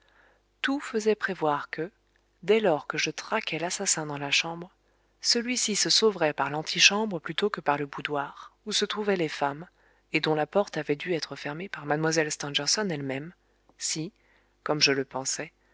tout faisait prévoir que dès lors que je traquais l'assassin dans la chambre celui-ci se sauverait par l'antichambre plutôt que par le boudoir où se trouvaient les femmes et dont la porte avait dû être fermée par mlle stangerson elle-même si comme je le pensais